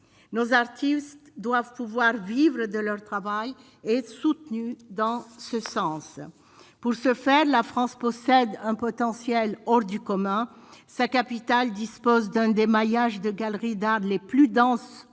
nos artistes doivent pouvoir vivre de leur travail et soutenu dans ce sens, pour ce faire, la France possède un potentiel hors du commun, sa capitale dispose d'un démaillage de galeries d'art les plus denses